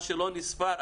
מה שלא נספר,